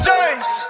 James